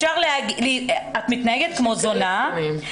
את מתנהגת כמו זונה.